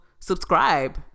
Subscribe